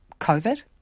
COVID